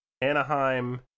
Anaheim